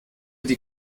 die